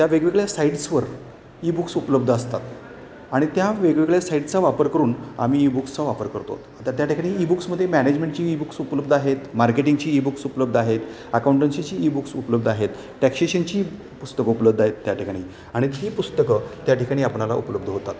त्या वेगवेगळ्या साईट्सवर ई बुक्स उपलब्ध असतात आणि त्या वेगवेगळ्या साईट्चा वापर करून आम्ही ई बुक्सचा वापर करतो आता त्याठिकाणी ई बुक्समध्ये मॅनेजमेंटची ई बुक्स उपलब्ध आहेत मार्केटिंगची ई बुक्स उपलब्ध आहेत अकाऊंटन्सीची ई बुक्स उपलब्ध आहेत टॅक्सेशनची पुस्तकं उपलब्ध आहेत त्या ठिकाणी आणि ही पुस्तकं त्या ठिकाणी आपणाला उपलब्ध होतात